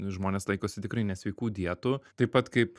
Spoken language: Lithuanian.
žmonės laikosi tikrai nesveikų dietų taip pat kaip